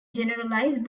generalize